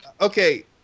Okay